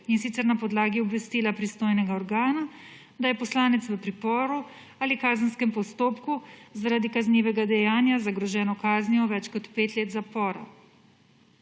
in sicer na podlagi obvestila pristojnega organa, da je poslanec v priporu ali kazenskem postopku zaradi kaznivega dejanja z zagroženo kaznijo več kot pet let zapora.